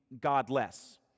godless